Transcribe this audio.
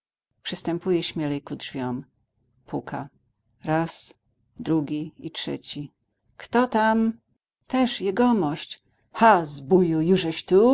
przystępuje śmielej ku drzwiom puka raz drugi i trzeci kto tam też jegomość